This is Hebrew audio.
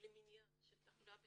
למניעה של תחלואה בסוכרת.